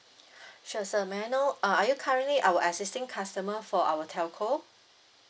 sure sir may I know uh are you currently our existing customer for our telco